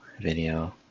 video